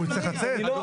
הוא יחליט.